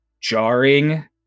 jarring